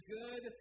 good